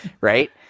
Right